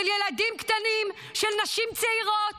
של ילדים קטנים, של נשים צעירות,